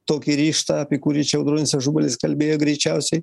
tokį ryžtą apie kurį čia audronis ažubalis kalbėjo greičiausiai